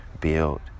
build